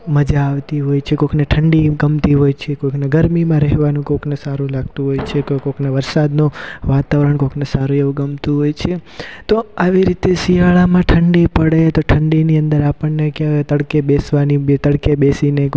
મજા આવતી હોય છે કોઈકને ઠંડી ગમતી હોય છે કોઈકને ગરમીમાં રહેવાનું કોઈકને સારું લાગતું હોય છે કોઈ કોઈકને વરસાદનો વાતાવરણ કોઈકને સારું એવું ગમતું હોય છે તો આવી રીતે શિયાળામાં ઠંડી પડે તો ઠંડીની અંદર આપણને કહેવાય તડકે બેસવાની તડકે બેસીને કોઈ